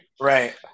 Right